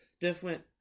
different